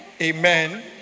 Amen